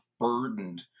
Burdened